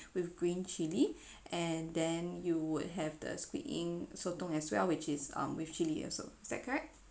with green chili and then you would have the squid ink sotong as well which is um with chili also is that correct